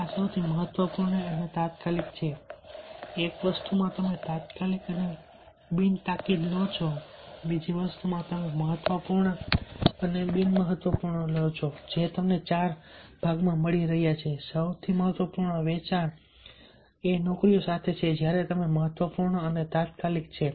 આ સૌથી મહત્વપૂર્ણ અને તાત્કાલિક છે એક વસ્તુ માં તમે તાત્કાલિક અને બિન તાકીદ લો છો બીજી વસ્તુ માં તમે મહત્વપૂર્ણ અને બિન મહત્વપૂર્ણ લો છો જે તમને ચાર ભાગ માં મળી રહ્યા છે સૌથી મહત્વપૂર્ણ વેચાણ એ નોકરીઓ સાથે છે જે તમારા માટે મહત્વપૂર્ણ અને તાત્કાલિક છે